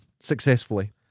successfully